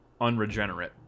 unregenerate